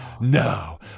No